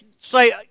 say